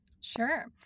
Sure